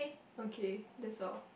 okay that's all